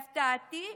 להפתעתי,